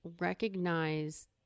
recognize